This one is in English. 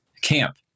camp